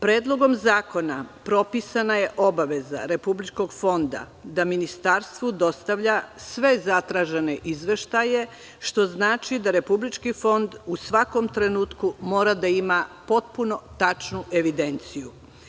Predlogom zakona propisana je obaveza republičkog fonda da ministarstvu dostavlja sve zakazane izveštaje što znači da republički fond u svakom trenutku mora da ima potpuno tačnu evidenciju.